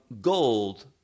gold